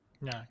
No